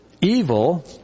evil